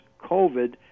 COVID